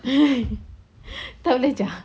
tak belajar